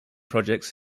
projects